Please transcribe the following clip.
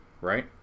right